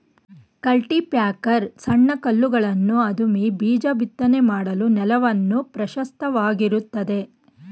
cultipacker ಸಣ್ಣ ಕಲ್ಲುಗಳನ್ನು ಅದುಮಿ ಬೀಜ ಬಿತ್ತನೆ ಮಾಡಲು ನೆಲವನ್ನು ಪ್ರಶಸ್ತವಾಗಿರುತ್ತದೆ